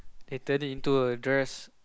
they turned it into a dress